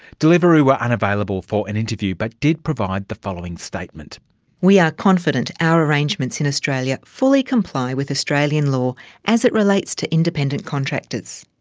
deliveroo were unavailable for an interview but did provide the following statement reading we are confident our arrangements in australia fully comply with australian law as it relates to independent contractors.